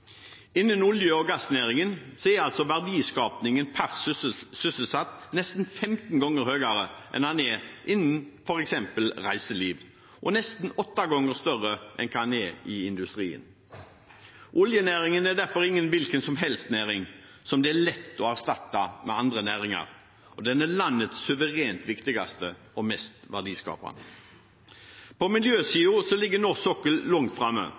Innen olje- og gassnæringen er verdiskapingen per sysselsatt nesten 15 ganger høyere enn innen f.eks. reiseliv og nesten 8 ganger større enn i industrien. Oljenæringen er derfor ingen hvilken som helst næring, som det er lett å erstatte med andre næringer, og den er landets suverent viktigste og mest verdiskapende. På miljøsiden ligger norsk sokkel langt framme,